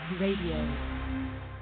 Radio